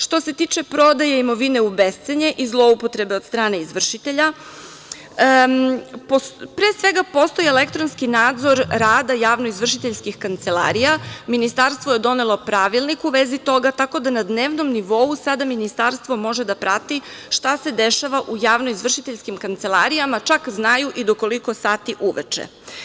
Što se tiče prodaje imovine u bescenje i zloupotrebe od strane izvršitelja, pre svega postoji elektronski nadzor rada javno izvršiteljskih kancelarija, Ministarstvo je donelo pravilnik u vezi toga tako da na dnevnom nivou sada Ministarstvo može da prati šta se dešava u javno izvršiteljskim kancelarijama, čak znaju i do koliko sati uveče.